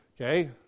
okay